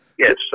Yes